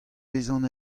vezan